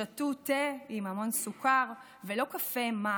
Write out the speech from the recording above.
שתו תה עם המון סוכר ולא קפה מר,